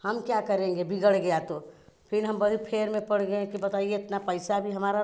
हम क्या करेंगे बिगड़ गया तो फिर हम बहुत फेर में पड़ गए कि बताइए इतना पैसा भी हमारा